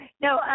No